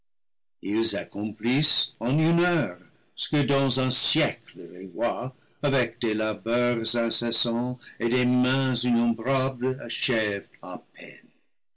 ils accomplissent en une heure ce que dans un siècle les rois avec des labeurs incessants et des mains innombrables achèvent à peine